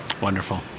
wonderful